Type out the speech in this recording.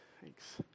Thanks